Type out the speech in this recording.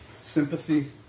sympathy